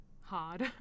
hard